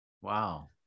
Wow